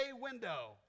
window